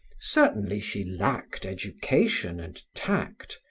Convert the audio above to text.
certainly, she lacked education and tact,